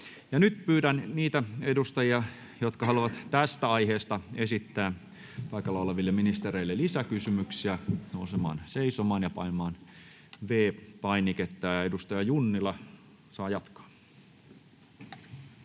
nyt pyydän niitä edustajia, jotka haluavat tästä aiheesta esittää paikalla oleville ministereille lisäkysymyksiä, nousemaan seisomaan ja painamaan V-painiketta. — Ja edustaja Junnila saa jatkaa.